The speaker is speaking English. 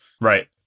right